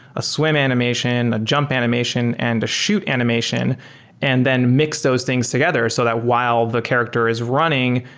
a swim animation, a jump animation and a shoot animation and then mix those things together, so that while the character is running,